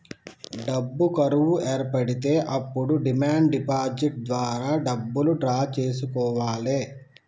డబ్బు కరువు ఏర్పడితే అప్పుడు డిమాండ్ డిపాజిట్ ద్వారా డబ్బులు డ్రా చేసుకోవాలె